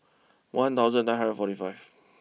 one thousand nine hundred forty five